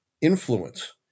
influence